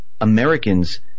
Americans